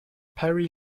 perry